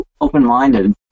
open-minded